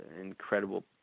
incredible